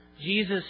Jesus